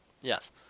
yes